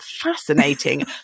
fascinating